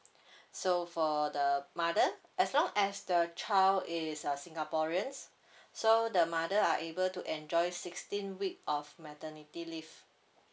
so for the mother as long as the child is a singaporeans so the mother are able to enjoy sixteen week of maternity leave